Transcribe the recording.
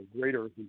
greater